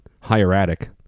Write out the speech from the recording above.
hieratic